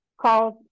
calls